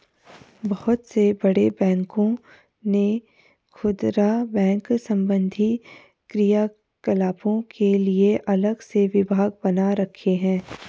बहुत से बड़े बैंकों ने खुदरा बैंक संबंधी क्रियाकलापों के लिए अलग से विभाग बना रखे हैं